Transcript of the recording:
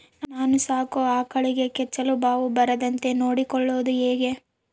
ನಾನು ಸಾಕೋ ಆಕಳಿಗೆ ಕೆಚ್ಚಲುಬಾವು ಬರದಂತೆ ನೊಡ್ಕೊಳೋದು ಹೇಗೆ?